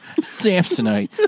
samsonite